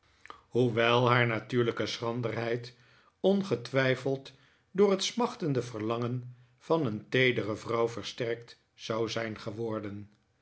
squeers natuurlijke schranderheid ongetwijfeld door het smachtende verlangen van een teedere vrouw versterkt zou zijn geworden